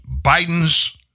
Biden's